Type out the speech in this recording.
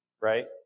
right